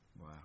Wow